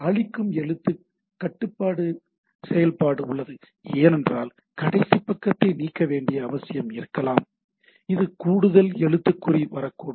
அழிக்கும் எழுத்து கட்டுப்பாட்டு செயல்பாடு உள்ளது ஏனென்றால் கடைசி எழுத்தை நீக்க வேண்டிய அவசியம் இருக்கலாம் இது கூடுதல் எழுத்துக்குறி வரக்கூடும்